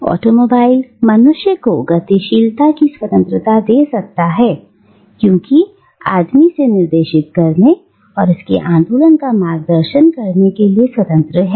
अब ऑटोमोबाइल मनुष्य को गतिशीलता की स्वतंत्रता दे सकता है क्योंकि आदमी से निर्देशित करने और इसके आंदोलन का मार्गदर्शन करने के लिए स्वतंत्र है